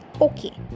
okay